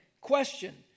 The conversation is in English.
Question